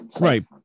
right